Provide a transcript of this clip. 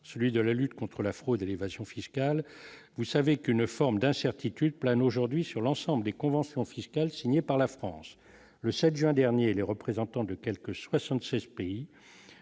celui de la lutte contre la fraude élévation fiscal, vous savez qu'une forme d'incertitude plane aujourd'hui sur l'ensemble des conventions fiscales signées par la France le 7 juin dernier les représentants de quelque 76 pays